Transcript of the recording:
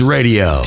Radio